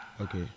okay